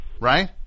Right